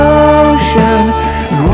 ocean